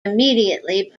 immediately